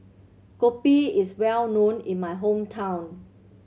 kopi is well known in my hometown